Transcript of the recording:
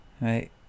right